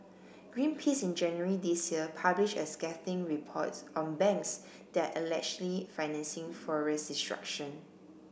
Greenpeace in January this year published a scathing report on banks that are allegedly financing forest destruction